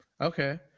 Okay